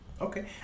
Okay